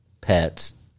pets